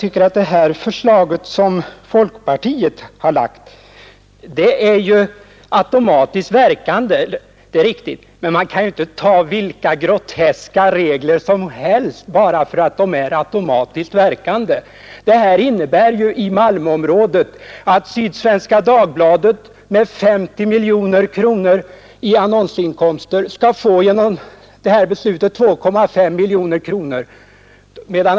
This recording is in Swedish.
träter ARNE Det förslag som folkpartiet har lagt är automatiskt verkande — det är Skatt på reklam, riktigt — men man kan inte ta vilka groteska regler som helst bara för att — 72. Mm. de är automatiskt verkande. I Malmöområdet skulle det innebära att Sydsvenska Dagbladet, som har mer än 50 miljoner kronor i annonsintäkter, genom detta beslut skulle få 2,5 miljoner kronor.